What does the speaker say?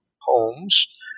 homes